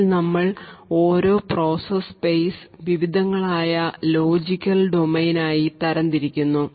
ഇതിൽ നമ്മൾ ഓരോ പ്രോസസ് സ്പെയ്സ് വിവിധങ്ങളായ ലോജിക്കൽ ഡൊമൈൻ ആയി തരംതിരിക്കുന്നു